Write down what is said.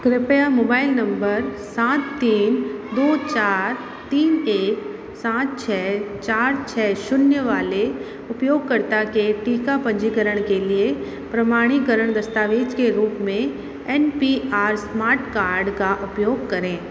कृपया mobile number सात तीन दो चार तीन एक सात छः चार छः शून्य वाले उपयोगकर्ता के टीका पंजीकरण के लिए प्रमाणीकरण दस्तावेज़ के रूप में N P R smart card का उपयोग करें